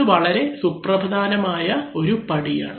ഇത് വളരെ സുപ്രധാനമായ പടിയാണ്